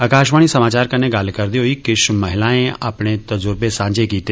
आकाशवाणी समाचार कन्नै गल्ल करदे होई किश महिलाएं अपने तजुर्बे सांझे कीते